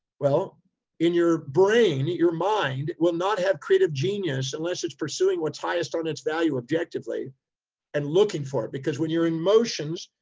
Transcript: well in your brain, your mind will not have creative genius unless it's pursuing what's highest on its value, objectively and looking for it. because when you're in emotions,